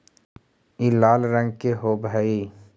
ई लाल रंग के होब हई